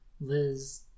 Liz